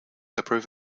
approve